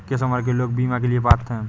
किस उम्र के लोग बीमा के लिए पात्र हैं?